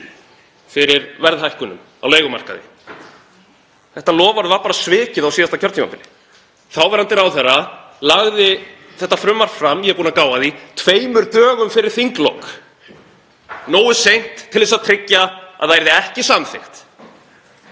fyrir verðhækkunum á leigumarkaði. Það loforð var svikið á síðasta kjörtímabili. Þáverandi ráðherra lagði þetta frumvarp fram, ég er búinn að gá að því, tveimur dögum fyrir þinglok, nógu seint til að tryggja að það yrði ekki samþykkt.